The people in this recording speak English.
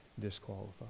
disqualified